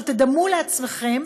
תדמו לעצמכם,